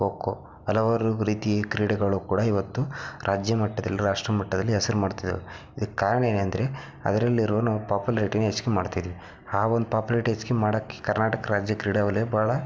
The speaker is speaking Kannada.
ಖೋಖೋ ಹಲವಾರು ರೀತಿ ಕ್ರೀಡೆಗಳು ಕೂಡ ಇವತ್ತು ರಾಜ್ಯ ಮಟ್ಟದಲ್ಲಿ ರಾಷ್ಟ್ರಮಟ್ಟದಲ್ಲಿ ಹೆಸರು ಮಾಡ್ತಿದ್ದಾವೆ ಇದಕ್ಕೆ ಕಾರಣ ಏನೆಂದ್ರೆ ಅದರಲ್ಲಿರುವ ನಾವು ಪಾಪುಲಾರಿಟಿನ ಹೆಚ್ಗೆ ಮಾಡ್ತಿದ್ದೀವಿ ಆ ಒಂದು ಪಾಪ್ಯುಲಾರಿಟಿ ಹೆಚ್ಗೆ ಮಾಡೋಕೆ ಕರ್ನಾಟಕ ರಾಜ್ಯ ಕ್ರೀಡಾವಲಯ ಭಾಳ